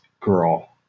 girl